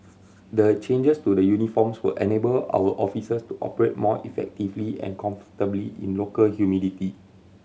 the changes to the uniforms will enable our officers to operate more effectively and comfortably in local humidity